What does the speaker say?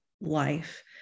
life